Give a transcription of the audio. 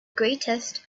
greatest